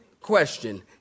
Question